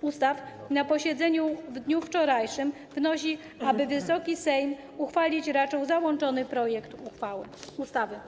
ustaw po posiedzeniu w dniu wczorajszym wnosi, aby Wysoki Sejm uchwalić raczył załączony projekt ustawy.